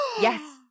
yes